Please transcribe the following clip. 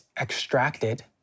extracted